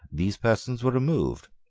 these persons were removed.